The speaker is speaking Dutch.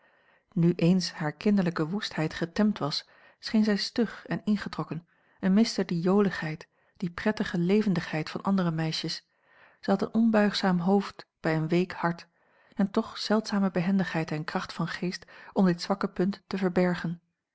een omweg hare kinderlijke woestheid getemd was scheen zij stug en ingetrokken en miste die joligheid die prettige levendigheid van andere meisjes zij had een onbuigzaam hoofd bij een week hart en toch zeldzame behendigheid en kracht van geest om dit zwakke punt te verbergen